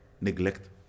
neglect